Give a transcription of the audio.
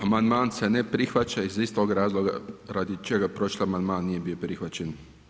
Amandman se ne prihvaća iz istog razloga radi čega prošli amandman nije bio prihvaćen.